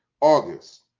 August